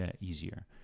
easier